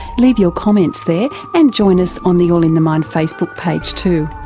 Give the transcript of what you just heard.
leave your comments there and join us on the all in the mind facebook page too.